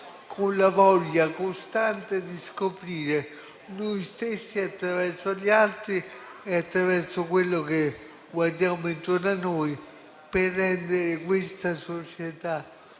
con la voglia costante di scoprire noi stessi attraverso gli altri e attraverso quello che guardiamo intorno a noi. In questa società